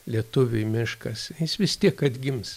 lietuviui miškas jis vis tiek atgims